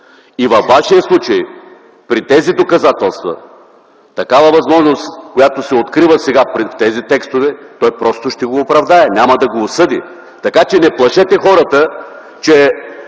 Във Вашия случай при тези доказателства такава възможност, която се открива сега при тези текстове, той просто ще го оправдае, няма да го осъди. Така че не плашете хората, че